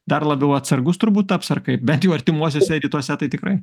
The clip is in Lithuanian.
dar labiau atsargus turbūt taps ar kaip bent jau artimuosiuose rytuose tai tikrai